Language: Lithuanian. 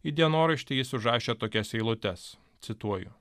į dienoraštį jis užrašė tokias eilutes cituoju